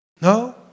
No